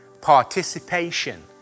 Participation